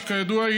שכידוע,